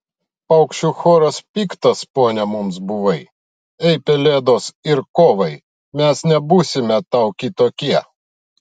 paukščių choras piktas pone mums buvai ei pelėdos ir kovai mes nebūsime tau kitokie